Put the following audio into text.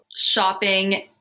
shopping